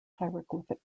hieroglyphic